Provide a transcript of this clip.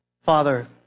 Father